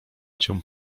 cię